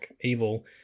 evil